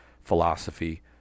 philosophy